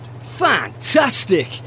Fantastic